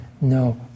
no